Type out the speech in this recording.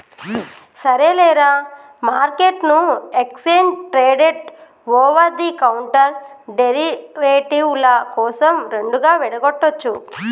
సరేలేరా, మార్కెట్ను exchange traded over the counter derivative ల కోసం రెండుగా విడగొట్టొచ్చు